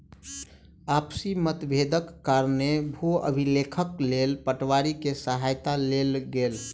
आपसी मतभेदक कारणेँ भू अभिलेखक लेल पटवारी के सहायता लेल गेल